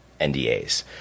NDAs